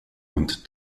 und